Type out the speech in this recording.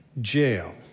jail